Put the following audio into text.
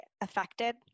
affected